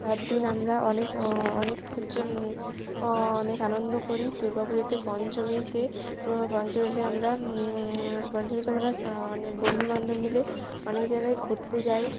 চার দিন আমরা অনেক অনেক হচ্ছে অনেক আনন্দ করি দুর্গা পুজোতে পঞ্চমীতে পঞ্চমীতে আমরা পঞ্চমীতে আমরা অনেক বন্ধুবান্ধব মিলে অনেক জায়গায় ঘুরতে যাই